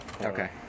Okay